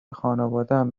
خانوادهام